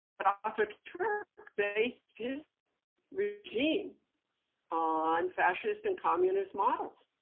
but ataturk based his regime on fascist and communist models.